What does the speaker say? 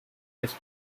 his